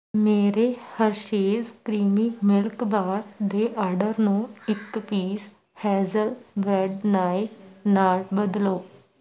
ਮੇਰੇ Hershey's creamy milk bar ਦੇ order ਨੂੰ ਇੱਕ ਪੀਸ ਹੈਜ਼ਲ ਬ੍ਰੈੱਡ ਨਾਇਫ਼ ਨਾਲ ਬਦਲੋ